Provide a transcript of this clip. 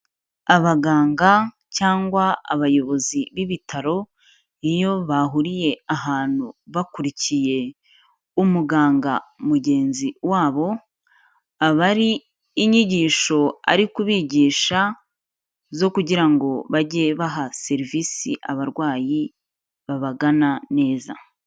Abaganga cyangwa abayobozi b'ibitaro, iyo bahuriye ahantu bakurikiye umuganga mugenzi wabo, aba ari inyigisho ari kubigisha zo kugira ngo bajye baha serivisi abarwayi babagana neza.